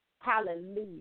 Hallelujah